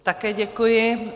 Také děkuji.